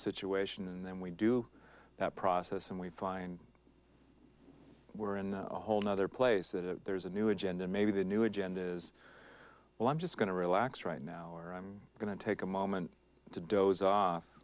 situation and then we do that process and we find we're in a whole nother place that there's a new agenda maybe the new agenda is well i'm just going to relax right now or i'm going to take a moment